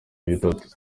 bitatu